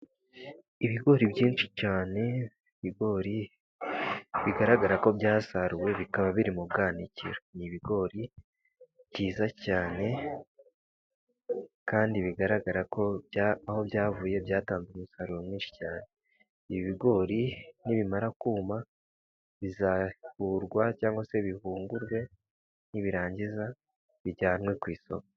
Ibigori byinshi cyane , ibigori bigaragara ko byasaruwe , bikaba biri mu bwanikiro. Ni ibigori byiza cyane , kandi bigaragara ko aho byavuye byatanze umusaruro mwinshi cyane. Ibi bigori nibimara kuma, bizahurwa cyangwa se bihungurwe , nibirangiza bijyanwe ku isoko.